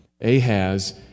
Ahaz